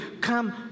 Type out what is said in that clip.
Come